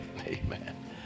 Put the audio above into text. Amen